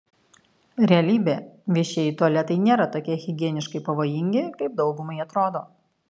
realybė viešieji tualetai nėra tokie higieniškai pavojingi kaip daugumai atrodo